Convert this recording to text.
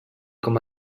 com